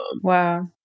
Wow